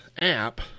app